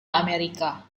amerika